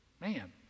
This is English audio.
Man